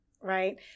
Right